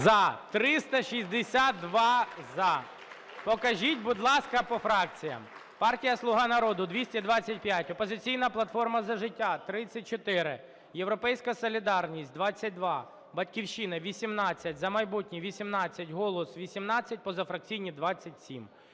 За-362 Покажіть, будь ласка, по фракціям. Партія "Слуга народу" – 225, "Опозиційна платформа - За життя" – 34, "Європейська солідарність" – 22, "Батьківщина" – 18, "За майбутнє" – 18, "Голос" – 18, позафракційні – 27.